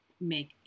make